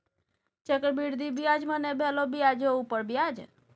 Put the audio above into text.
चक्रवृद्धि ब्याज मने भेलो ब्याजो उपर ब्याज